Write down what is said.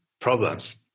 problems